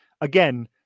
again